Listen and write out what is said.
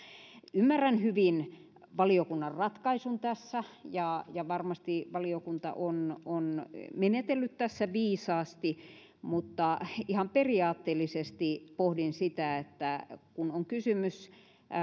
ymmärrän hyvin valiokunnan ratkaisun tässä ja ja varmasti valiokunta on on menetellyt tässä viisaasti mutta ihan periaatteellisesti pohdin että kun on kysymys